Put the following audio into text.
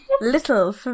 little